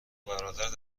برادرت